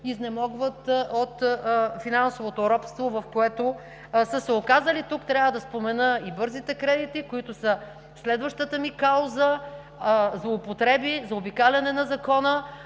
изнемогват от финансовото робство, в което са се оказали. Тук трябва да спомена и бързите кредити, които са следващата ми кауза – злоупотреби, заобикаляне на закона,